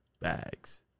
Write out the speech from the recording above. bags